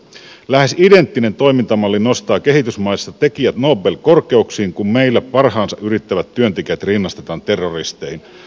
lähes identtinen toimintamalli nostaa kehitysmaissa tekijät nobel korkeuksiin kun meillä parhaansa yrittävät työntekijät rinnastetaan terroristeihin